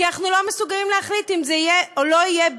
כי אנחנו לא מסוגלים להחליט אם זה יהיה או לא יהיה,